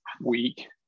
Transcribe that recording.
week